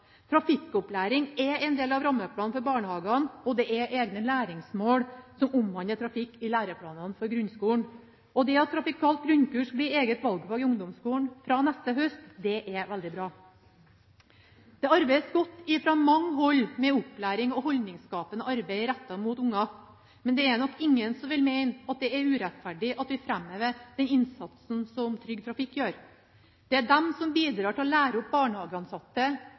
Trafikkopplæring er en del av rammeplanen for barnehagene, og det er egne læringsmål som omhandler trafikk i læreplanene for grunnskolen. Det at trafikalt grunnkurs blir eget valgfag i ungdomsskolen fra neste høst, er veldig bra. Det arbeides godt fra mange hold med opplæring og holdningsskapende arbeid rettet mot unger, men det er nok ingen som vil mene at det er urettferdig at vi framhever den innsatsen Trygg Trafikk gjør. Det er de som bidrar til å lære opp barnehageansatte